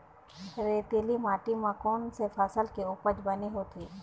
रेतीली माटी म कोन से फसल के उपज बने होथे?